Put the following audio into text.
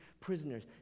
prisoners